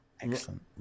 excellent